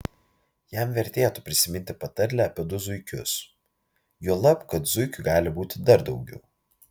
jam vertėtų prisiminti patarlę apie du zuikius juolab kad zuikių gali būti dar daugiau